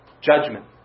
Judgment